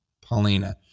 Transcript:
Paulina